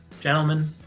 Gentlemen